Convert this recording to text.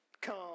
come